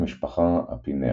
תת-משפחת Apinae